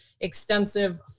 extensive